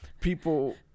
people